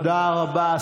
תודה רבה.